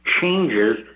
changes